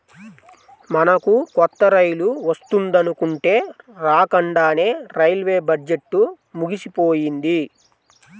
మనకు కొత్త రైలు వస్తుందనుకుంటే రాకండానే రైల్వే బడ్జెట్టు ముగిసిపోయింది